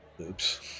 Oops